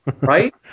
right